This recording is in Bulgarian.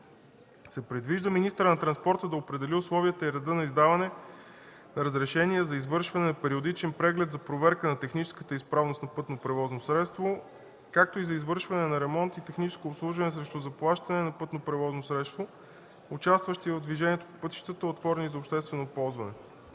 се предвижда министърът на транспорта да определи условията и реда за издаване на разрешение за извършване на периодичен преглед за проверка на техническата изправност на пътно превозно средство, както и за извършване на ремонт и техническо обслужване срещу заплащане на пътно превозно средство, участващо в движението по пътищата, отворени за обществено ползване.